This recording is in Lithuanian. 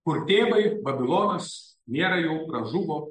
kur tėbai babilonas nėra jau pražuvo